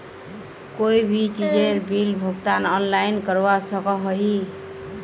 कोई भी चीजेर बिल भुगतान ऑनलाइन करवा सकोहो ही?